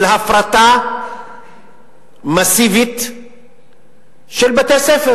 של הפרטה מסיבית של בתי-ספר